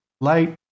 light